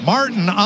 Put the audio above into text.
Martin